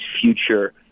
future